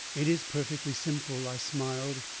it is perfectly simple, i smiled,